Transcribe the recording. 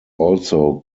also